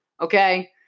okay